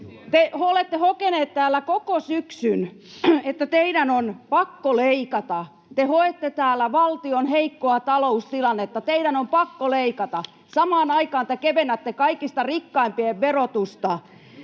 Te olette hokeneet täällä koko syksyn, että teidän on pakko leikata. Te hoette täällä valtion heikkoa taloustilannetta, teidän on pakko leikata. Samaan aikaan te kevennätte kaikista rikkaimpien verotusta.